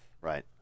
Right